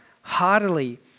heartily